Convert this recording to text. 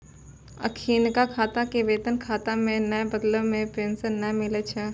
अखिनका खाता के वेतन खाता मे नै बदलला से पेंशन नै मिलै छै